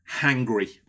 hangry